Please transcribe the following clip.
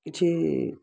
କିଛି